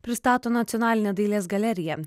pristato nacionalinė dailės galerija